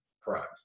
Correct